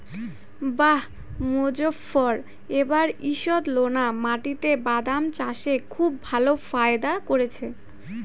বাঃ মোজফ্ফর এবার ঈষৎলোনা মাটিতে বাদাম চাষে খুব ভালো ফায়দা করেছে